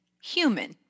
human